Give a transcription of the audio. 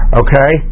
okay